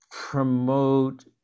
promote